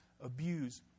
abuse